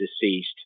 deceased